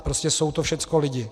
Prostě jsou to všechno lidi.